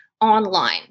online